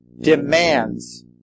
demands